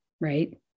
right